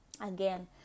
Again